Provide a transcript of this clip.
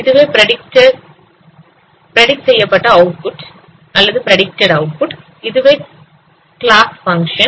இதுவே பிரடிக்ட் செய்யப்பட்ட அவுட்புட் இதுவே க்ளாஸ் பங்க்ஷன்